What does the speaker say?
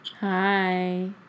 hi